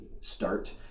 start